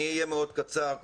אני אהיה מאוד קצר.